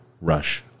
Rush